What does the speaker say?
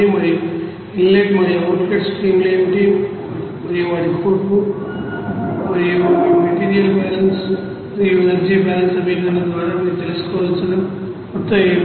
మరియు ఇన్లెట్ మరియు అవుట్లెట్ స్ట్రీమ్లు ఏమిటి మరియు వాటి కూర్పు మరియు ఈ మెటీరియల్ బ్యాలెన్స్ మరియు ఎనర్జీ బ్యాలెన్స్ సమీకరణం ద్వారా మీరు తెలుసుకోవలసిన మొత్తం ఏమిటి